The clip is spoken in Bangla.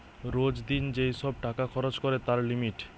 রোজ দিন যেই সব টাকা খরচ করে তার লিমিট